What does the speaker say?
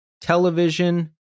television